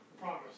promise